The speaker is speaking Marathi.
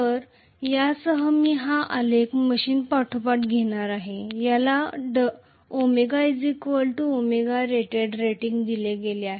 तर यासह मी हा आलेख मशीन पाठोपाठ घेणार आहे याला ω ωrated रेटिंग दिले गेले आहे